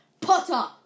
Potter